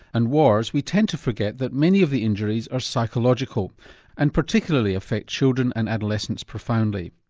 and wars, we tend to forget that many of the injuries are psychological and particularly affect children and adolescents profoundly.